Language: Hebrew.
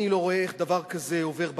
אני לא רואה איך דבר כזה עובר בג"ץ,